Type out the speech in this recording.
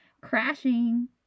crashing